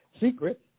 secret